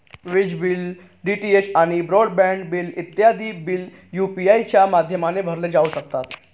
विज bill, DTH आणि broadband bill इत्यादी बिल यू.पी.आय च्या माध्यमाने भरले जाऊ शकतात